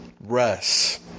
Russ